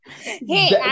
Hey